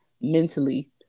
mentally